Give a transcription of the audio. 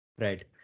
Right